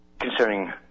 concerning